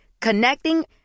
connecting